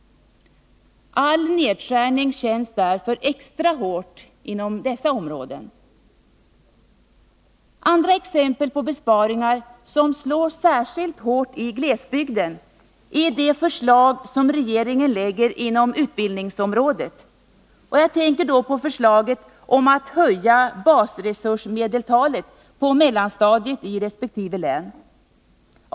All nedskärning känns därför extra mycket inom dessa områden. Andra exempel på besparingar som slår särskilt hårt i glesbygden är de förslag som regeringen lägger fram inom utbildningsområdet. Jag tänker på förslaget om att höja basresursmedeltalet på mellanstadiet i resp. län.